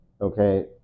okay